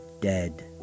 dead